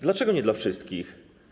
Dlaczego nie dla wszystkich?